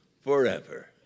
forever